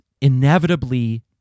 inevitably